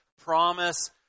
promise